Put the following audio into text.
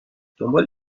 دنبال